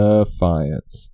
Defiance